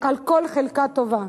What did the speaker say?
על כל חלקה טובה.